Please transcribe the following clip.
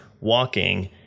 walking